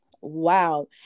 Wow